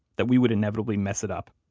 that we would inevitably mess it up.